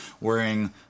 wearing